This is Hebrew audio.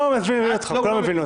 לא מבין אותך.